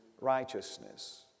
righteousness